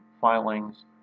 filings